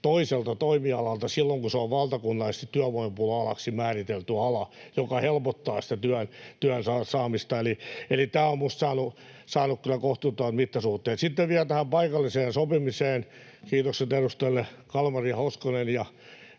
toiselta toimialalta silloin, kun se on valtakunnallisesti työvoimapula-alaksi määritelty ala, joka helpottaa sitä työn saamista. Eli tämä on minusta saanut kyllä kohtuuttomat mittasuhteet. Sitten vielä tähän paikalliseen sopimiseen. Kiitokset edustajille Kalmari ja Hoskonen